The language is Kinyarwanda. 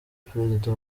perezida